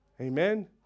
Amen